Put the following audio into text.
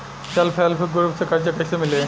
Self help group से कर्जा कईसे मिली?